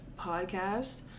Podcast